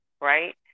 right